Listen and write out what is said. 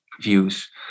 views